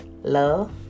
Love